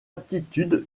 aptitudes